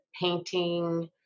painting